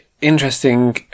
interesting